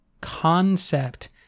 concept